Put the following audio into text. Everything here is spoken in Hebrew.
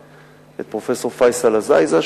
את פרופסור פייסל עזאיזה,